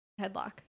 headlock